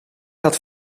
had